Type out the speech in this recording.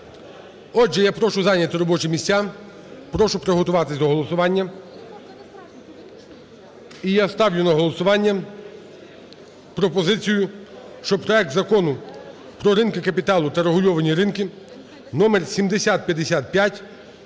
Отже, я прошу зайняти робочі місця, прошу приготуватись до голосування. І я ставлю на голосування пропозицію, що проект Закону про ринки капіталу та регульовані ринки (№ 7055)